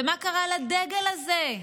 ומה קרה לדגל הזה?